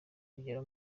kugera